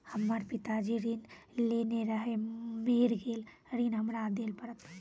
हमर पिताजी ऋण लेने रहे मेर गेल ऋण हमरा देल पड़त?